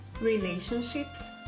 relationships